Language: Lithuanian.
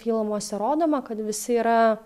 filmuose rodoma kad visi yra